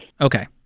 Okay